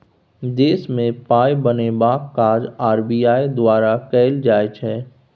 देशमे पाय बनेबाक काज आर.बी.आई द्वारा कएल जाइ छै